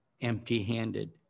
empty-handed